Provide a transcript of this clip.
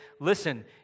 Listen